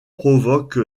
provoque